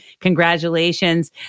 Congratulations